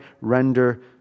render